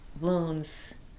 wounds